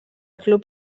club